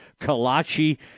Kalachi